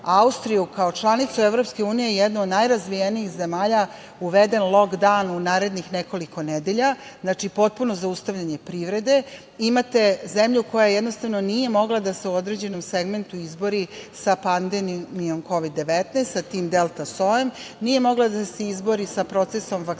Austriju kao članicu EU, jednu od najrazvijenijih zemalja gde je uveden lok daun u narednih nekoliko nedelja. Znači, potpuno zaustavljanje privrede. Imate zemlju koja nije mogla da se u određenom segmentu izbori sa pandemijom Kovid 19, sa tim delta sojem, nije mogla da se izbori sa procesom vakcinacije